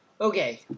Okay